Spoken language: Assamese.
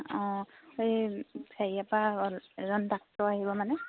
অঁ এই হেৰিয়াৰপৰা এজন ডাক্তৰ আহিব মানে